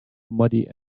muddy